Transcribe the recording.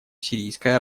сирийской